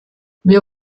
wir